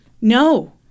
No